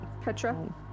Petra